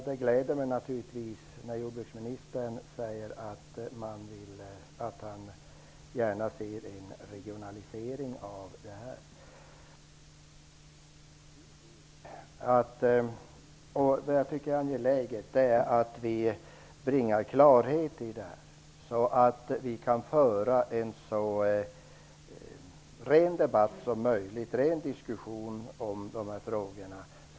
Det gladde mig naturligtvis när jordbruksministern sade att han gärna ser en regionalisering på det här området. Det är angeläget att vi bringar klarhet i den här frågan så att vi kan föra en så ren diskussion som möjligt i dessa frågor.